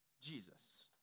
Jesus